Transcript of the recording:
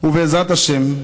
ובעזרת השם,